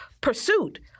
pursuit